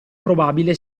probabile